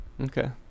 Okay